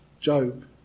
Job